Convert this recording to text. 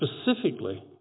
specifically